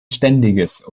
ständiges